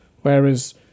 whereas